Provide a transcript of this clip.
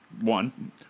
One